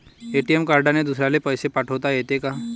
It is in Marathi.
ए.टी.एम कार्डने दुसऱ्याले पैसे पाठोता येते का?